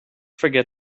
forget